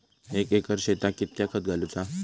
एक एकर शेताक कीतक्या खत घालूचा?